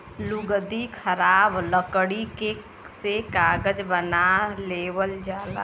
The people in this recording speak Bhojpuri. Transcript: लुगदी खराब लकड़ी से कागज बना लेवल जाला